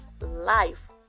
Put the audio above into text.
life